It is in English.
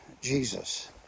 Jesus